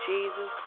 Jesus